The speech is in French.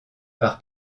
par